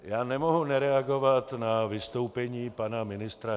Já nemohu nereagovat na vystoupení pana ministra Hermana.